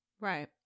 right